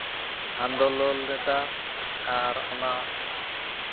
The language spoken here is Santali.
ᱟᱱᱫᱳᱞᱚᱱ ᱞᱮᱫᱟ ᱟᱨ ᱚᱱᱟ